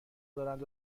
دارند